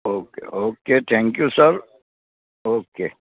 okay okay thank you sir okay